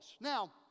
now